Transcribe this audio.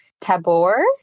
Tabor